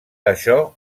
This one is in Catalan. això